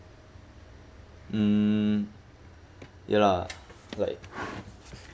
mm ya lah like